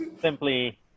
simply